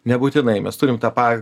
nebūtinai mes turime tą pa